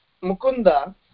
Mukunda